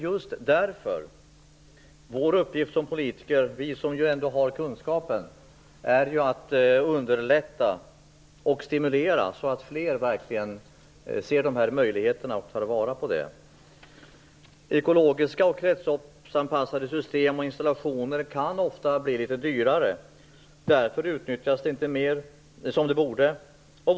Just därför är det en uppgift för oss politiker, som ändå har kunskapen, att underlätta och stimulera här så att fler ser dessa möjligheter och tar vara på dem. Ekologiska och kretsloppsanpassade system och installationer blir ofta litet dyrare. Därför utnyttjas de inte i den utsträckning som de borde utnyttjas.